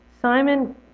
Simon